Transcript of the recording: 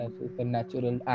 supernatural